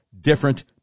different